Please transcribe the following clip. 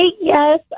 yes